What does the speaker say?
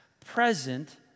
present